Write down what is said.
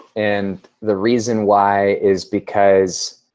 and the reason why is because